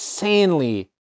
Insanely